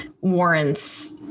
warrants